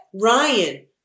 Ryan